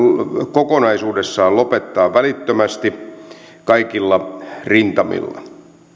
kokonaisuudessaan lopettaa välittömästi kaikilla rintamilla